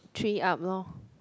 three up lor